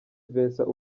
vincent